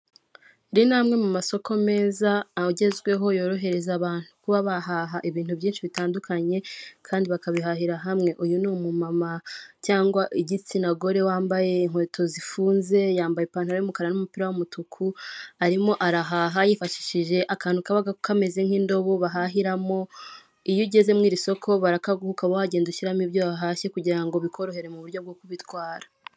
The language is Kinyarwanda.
Iri ni amwe mu masoko meza agezweho yorohereza abantu kuba bahaha ibintu byinshi bitandukanye kandi bakabihahira hamwe. Uyu ni umumama cyangwa igitsina gore wambaye inkweto zifunze yambaye ipantaro y'umukara n'umupira w'umutuku, arimo arahaha yifashishije akantu kaba kameze nk'indobo bahahiramo, iyo ugeze muri iri soko barakaguka ukagenda ushyiramo ibyo wahashye kugira ngo bikorohere mu buryo bwo kubitwara.